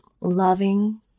loving